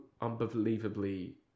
unbelievably